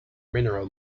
mineral